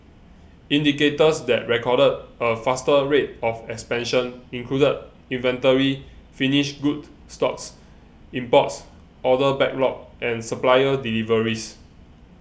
indicators that recorded a faster rate of expansion included inventory finished goods stocks imports order backlog and supplier deliveries